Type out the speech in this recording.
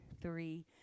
three